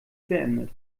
beendet